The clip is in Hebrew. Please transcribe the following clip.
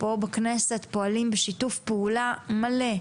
שבכנסת אנחנו פועלים איתם בשיתוף פעולה מלא,